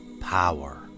Power